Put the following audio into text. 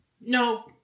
No